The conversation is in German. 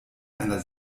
einer